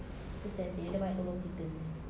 kesian seh dia banyak tolong kita seh